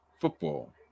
football